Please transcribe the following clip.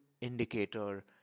indicator